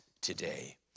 today